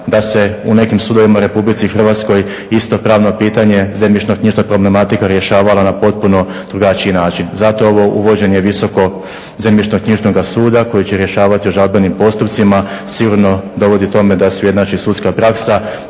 da se u nekim sudovima u Republici Hrvatskoj isto pravno pitanje zemljišno-knjižna problematika rješavala na potpuno drugačiji način. Zato je ovo uvođenje visokog zemljišno-knjižnoga suda koji će rješavati o žalbenim postupcima sigurno dovodi tome da se ujednači sudska praksa